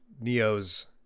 Neo's